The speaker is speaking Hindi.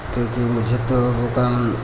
क्योंकि मुझे तो वो काम